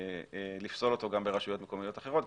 לפסול אותו גם ברשויות מקומיות אחרות,